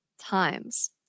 times